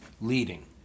leading